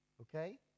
Okay